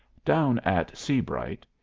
down at seabright,